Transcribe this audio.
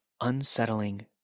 unsettling